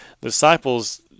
disciples